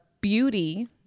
beauty